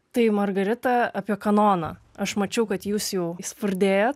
tai margarita apie kanoną aš mačiau kad jūs jau spurdėjot